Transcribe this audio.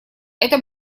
это